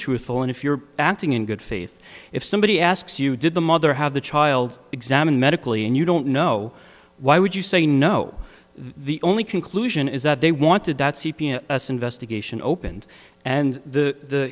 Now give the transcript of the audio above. truthful and if you're acting in good faith if somebody asks you did the mother have the child examined medically and you don't know why would you say no the only conclusion is that they wanted that c p s investigation opened and the